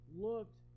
looked